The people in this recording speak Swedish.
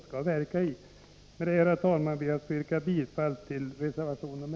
Med detta ber jag, herr talman, att få yrka bifall till reservation 1.